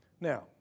Now